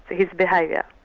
his behaviour.